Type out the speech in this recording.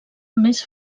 més